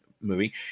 movie